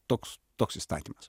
toks toks įstatymas